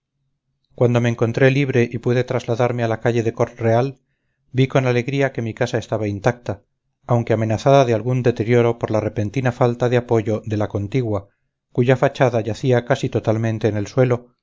cuando me encontré libre y pude trasladarme a la calle de cort real vi con alegría que mi casa estaba intacta aunque amenazada de algún deterioro por la repentina falta de apoyo de la contigua cuya fachada yacía casi totalmente en el suelo